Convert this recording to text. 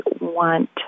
want